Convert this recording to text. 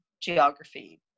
geography